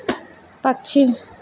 पक्षी